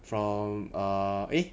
from err eh